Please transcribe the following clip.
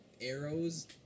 arrows